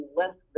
less